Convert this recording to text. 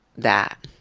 that?